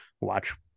watch